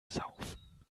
saufen